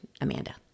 Amanda